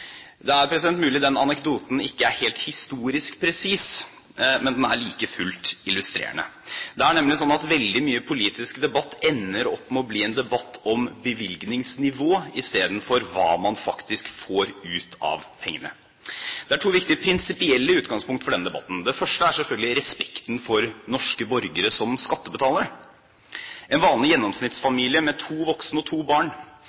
Det er mulig den anekdoten ikke er helt historisk presis, men den er like fullt illustrerende. Det er nemlig slik at veldig mye politisk debatt ender opp med å bli en debatt om bevilgningsnivået, istedenfor hva man faktisk får ut av pengene. Det er to viktige prinsipielle utgangspunkt for denne debatten. Det første er selvfølgelig respekten for norske borgere som skattebetalere. En vanlig gjennomsnittsfamilie med to voksne og to barn